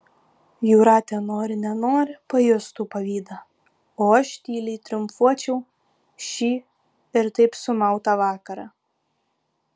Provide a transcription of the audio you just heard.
jūratė nori nenori pajustų pavydą o aš tyliai triumfuočiau šį ir taip sumautą vakarą